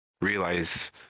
realize